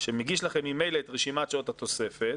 שמגיש לכם ממילא את רשימת שעות התוספת,